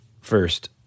First